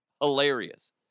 Hilarious